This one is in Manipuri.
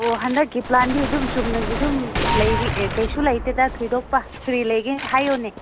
ꯑꯣ ꯍꯟꯗꯛꯀꯤ ꯄ꯭ꯂꯥꯟꯗꯤ ꯑꯗꯨꯝ ꯆꯨꯝꯅꯒꯤ ꯑꯗꯨꯝ ꯂꯩꯔꯤ ꯑꯦ ꯀꯩꯁꯨ ꯂꯩꯇꯦꯗ ꯊꯣꯏꯗꯣꯛꯄ ꯀꯔꯤ ꯂꯩꯒꯦ ꯍꯥꯏꯌꯨꯅꯦ